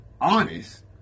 honest